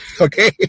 okay